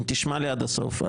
תשמע לי עד הסוף.